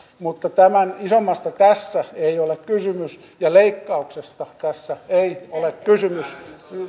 mutta tämän isommasta tässä ei ole kysymys ja leikkauksesta tässä ei ole kysymys